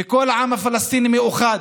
וכל העם הפלסטיני מאוחד.